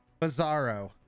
Bizarro